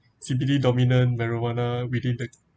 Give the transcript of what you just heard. C_B_D dominant marijuana within the